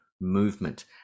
movement